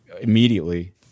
immediately